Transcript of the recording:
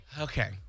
Okay